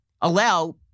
allow